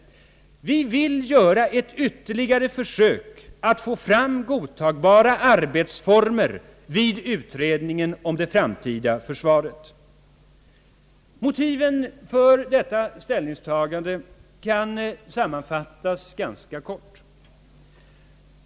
Vi vill göra ett ytterligare försök att få fram godtagbara arbetsformer vid utredningen om det framtida försvaret. Motiven för detta ställningstagande kan sammanfattas ganska kort.